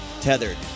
Tethered